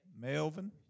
Melvin